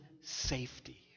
safety